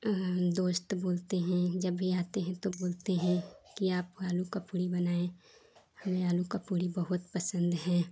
दोस्त बोलते हैं जब भी आते हैं तो बोलते हैं कि आप आलू की पूड़ी बनाएँ हमें आलू की पूड़ी बहुत पसन्द है